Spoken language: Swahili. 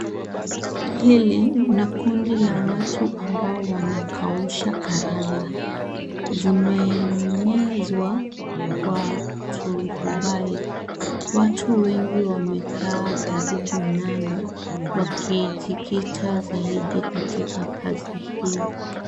Hili ni kundi la watu ambao wanakausha karanga. Zimeenezwa kwa turubai. Watu wengi wamekaa karibu nalo wakiijikita zaidi katika kazi hii.